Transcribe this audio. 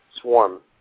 Swarm